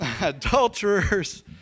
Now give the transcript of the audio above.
Adulterers